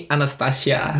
Anastasia